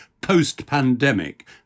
post-pandemic